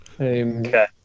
Okay